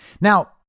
Now